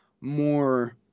more